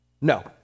No